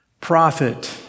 Prophet